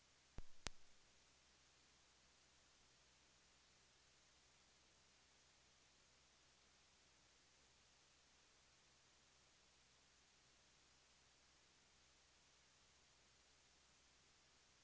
Jag skulle egentligen vilja ställa frågan till fru talman: Är det numera tillåtet att diskutera enskilda fall här i riksdagen?